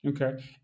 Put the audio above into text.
okay